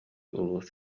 улуус